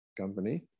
Company